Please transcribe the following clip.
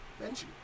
Benji